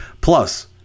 Plus